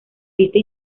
vista